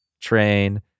train